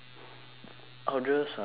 I'll just uh I would